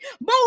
move